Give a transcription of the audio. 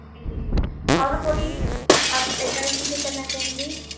جی اور کوئی آپ ایڈوائز مجھے کرنا چاہیں گے